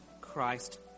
Christ